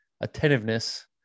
attentiveness